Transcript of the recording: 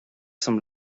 some